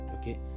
okay